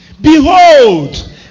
Behold